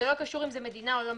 זה לא קשור אם זה מדינה או לא,